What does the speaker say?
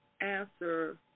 answer